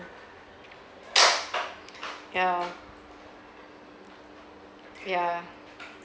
yeah yeah